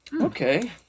Okay